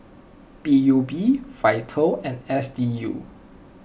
P U B Vital and S D U